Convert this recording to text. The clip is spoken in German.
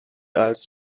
als